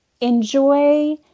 enjoy